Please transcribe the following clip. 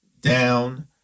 down